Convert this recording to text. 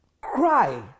cry